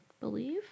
Believe